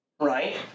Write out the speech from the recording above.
Right